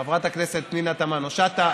חברת הכנסת פנינה תמנו-שטה,